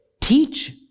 Teach